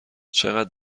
چقد